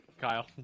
Kyle